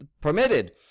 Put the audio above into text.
permitted